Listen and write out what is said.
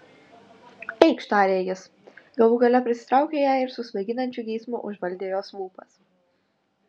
eikš tarė jis galų gale prisitraukė ją ir su svaiginančiu geismu užvaldė jos lūpas